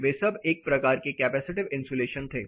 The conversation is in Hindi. वे सब एक प्रकार के कैपेसिटिव इन्सुलेशन थे